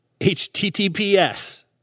https